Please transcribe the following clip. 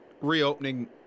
reopening